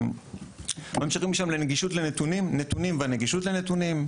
ממשיכים משם לנתונים והנגישות לנתונים.